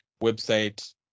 website